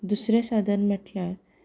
दुसरें साधन म्हणल्यार